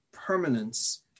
permanence